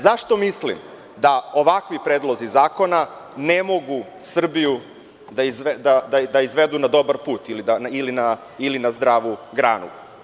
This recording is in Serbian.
Zašto mislim da ovakvi predlozi zakona ne mogu Srbiju da izvedu na dobar put ili na zdravu granu?